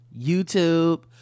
YouTube